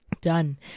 done